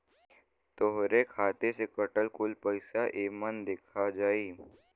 तोहरे खाते से कटल कुल पइसा एमन देखा जाई